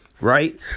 Right